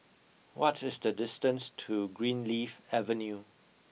what is the distance to Greenleaf Avenue